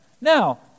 Now